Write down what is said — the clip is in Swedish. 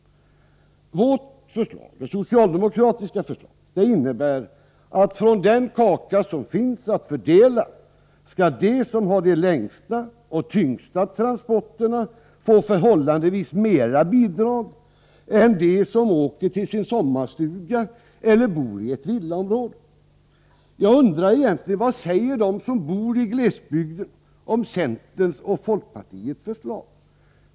Det socialdemokratiska förslaget innebär att de som har de längsta och tyngsta transporterna skall få från den kaka som finns att fördela förhållandevis mer än de som åker till sin sommarstuga eller bor i ett villaområde. Jag undrar egentligen vad de som bor i glesbygd säger om centerns och folkpartiets förslag.